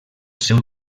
seu